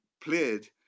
played